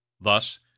Thus